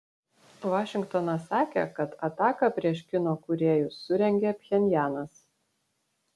vašingtonas sakė kad ataką prieš kino kūrėjus surengė pchenjanas